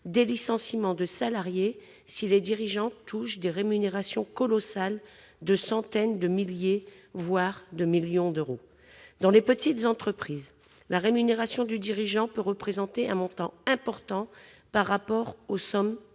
des licenciements de salariés si les dirigeants touchent des rémunérations colossales représentant des centaines, des milliers, voire des millions d'euros ? Dans les petites entreprises, la rémunération du dirigeant peut représenter un montant important par rapport aux sommes en jeu.